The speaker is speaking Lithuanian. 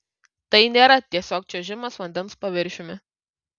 tai nėra tiesiog čiuožimas vandens paviršiumi